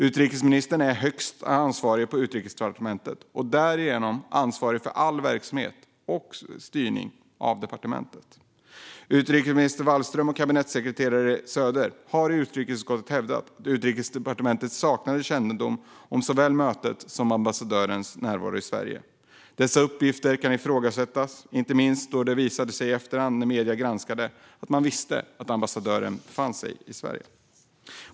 Utrikesministern är högst ansvarig på Utrikesdepartementet och därigenom ansvarig för all verksamhet på och styrning av departementet. Utrikesminister Wallström och kabinettssekreterare Söder har i utrikesutskottet hävdat att Utrikesdepartementet saknade kännedom om såväl mötet som ambassadörens närvaro i Sverige. Det är uppgifter som kan ifrågasättas, inte minst eftersom det i mediernas granskning i efterhand framkommit att man visste att ambassadören befann sig i Sverige.